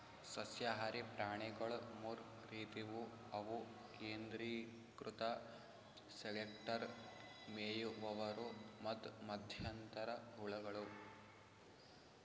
ಸಸ್ಯಹಾರಿ ಪ್ರಾಣಿಗೊಳ್ ಮೂರ್ ರೀತಿವು ಅವು ಕೇಂದ್ರೀಕೃತ ಸೆಲೆಕ್ಟರ್, ಮೇಯುವವರು ಮತ್ತ್ ಮಧ್ಯಂತರ ಹುಳಗಳು